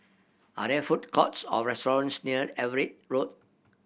are there food courts or restaurants near Everitt Road